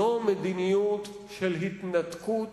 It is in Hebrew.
זו מדיניות של התנתקות